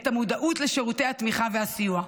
את המודעות לשירותי התמיכה והסיוע.